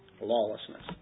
lawlessness